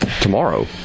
Tomorrow